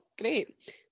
Great